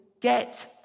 get